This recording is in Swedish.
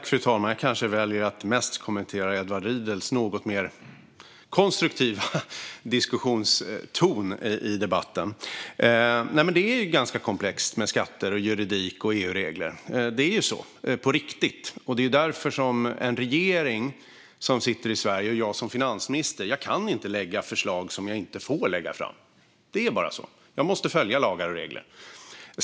Fru talman! Jag väljer nog att mest kommentera Edward Riedls inlägg på grund av hans något mer konstruktiva diskussionston i debatten. Det här med med skatter, juridik och EU-regler är komplext på riktigt, och därför kan jag inte lägga fram förslag som jag inte får lägga fram. Jag måste följa lagar och regler.